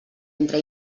entre